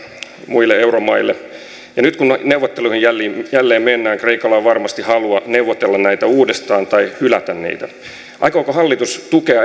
muille euromaille ja nyt kun neuvotteluihin jälleen jälleen mennään kreikalla on varmasti halua neuvotella niitä uudestaan tai hylätä niitä aikooko hallitus tukea